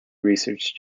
research